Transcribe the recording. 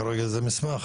כרגע זה מסמך.